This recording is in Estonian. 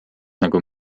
nagu